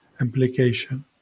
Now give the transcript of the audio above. implication